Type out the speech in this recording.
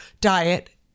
diet